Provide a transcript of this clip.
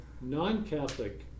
non-Catholic